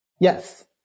Yes